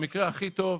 במקרה הכי טוב,